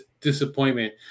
disappointment